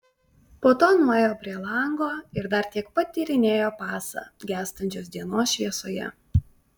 po to nuėjo prie lango ir dar tiek pat tyrinėjo pasą gęstančios dienos šviesoje